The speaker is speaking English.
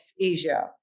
Asia